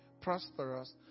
prosperous